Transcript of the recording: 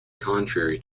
contrary